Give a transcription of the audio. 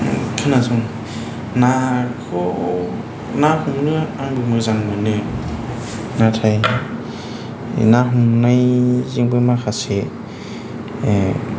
खोनासं नाखौ ना हमनो आंबो मोजां मोनो नाथाय ना हमनायजोंबो माखासे